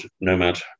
nomad